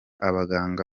abaganga